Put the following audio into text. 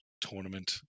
tournament